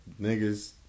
niggas